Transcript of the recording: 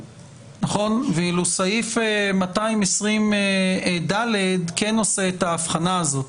ואילו סעיף 220ד כן עושה את ההבחנה הזאת.